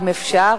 אם אפשר,